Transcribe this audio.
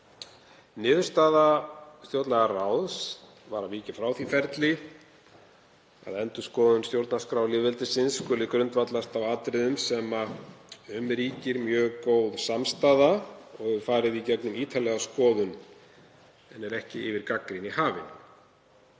Niðurstaða stjórnlagaráðs var að víkja frá því ferli að endurskoðun stjórnarskrár lýðveldisins skuli grundvallast á atriðum sem um ríkir mjög góð samstaða og hafa farið í gegnum ítarlega skoðun en eru ekki yfir gagnrýni hafin.